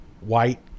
white